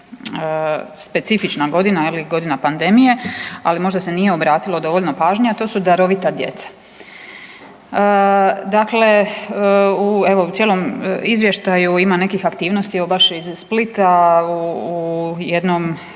specifična godina, je li godina pandemije. Ali možda se nije obratilo dovoljno pažnje, a to su darovita djeca. Dakle, evo u cijelom izvještaju ima nekih aktivnosti evo baš iz Splita u jednom